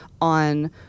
on